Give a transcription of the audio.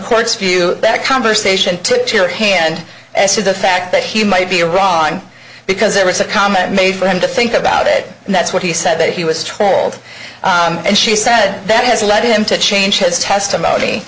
court's view that conversation took your hand to the fact that he might be wrong because there was a comment made for him to think about it and that's what he said that he was told and she said that has led him to change his testimony